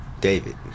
David